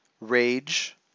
rage